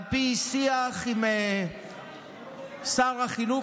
על פי שיח עם שר החינוך,